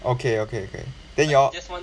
okay okay okay then you all